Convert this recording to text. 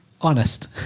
honest